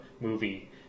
movie